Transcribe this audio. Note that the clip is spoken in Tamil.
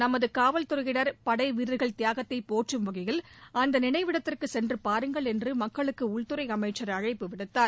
நமது காவல்துறையினர் படைவீரர்கள் தியாகத்தை போற்றும்வகையில் அந்த நினைவிடத்திற்கு சென்று பாருங்கள் என்று மக்களுக்கு உள்துறை அமைச்சர் அழைப்பு விடுத்தார்